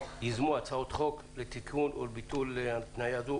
ייזמו הצעות חוק לתיקון ולביטול התניה זו,